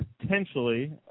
potentially